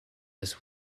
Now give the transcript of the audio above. this